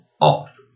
off